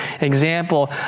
example